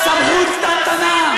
סמכות קטנטנה,